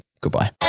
Goodbye